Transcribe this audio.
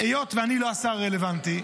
היות שאני לא השר רלוונטי,